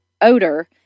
odor